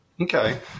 Okay